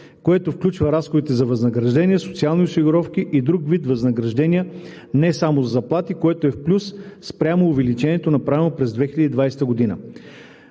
което включва разходите за възнаграждения, за социални осигуровки и за друг вид възнаграждения не само за заплати, което е в плюс спрямо увеличението, направено през 2020 г.